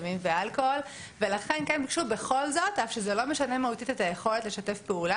סמים ואלכוהול ולכן אף על פי שזה לא משנה מהותית את היכולת לשתף פעולה